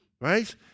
right